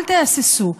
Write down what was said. אל תהססו,